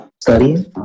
studying